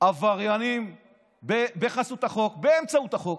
עבריינים בחסות החוק, באמצעות החוק,